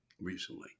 recently